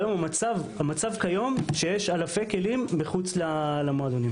המצב כיום הוא שיש אלפי כלים מחוץ למועדונים.